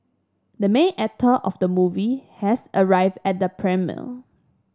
the main actor of the movie has arrived at the premiere